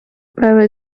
very